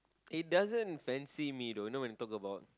it doesn't fancy me though now when you talk about